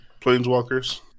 Planeswalkers